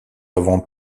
avant